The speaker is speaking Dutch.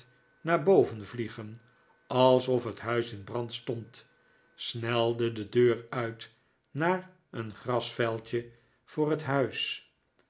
naar boven vliegen alsof het huis in brand stond snelde de deur uit naar een grasveldje voor het huis